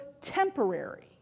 temporary